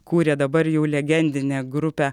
kūrė dabar jau legendinę grupę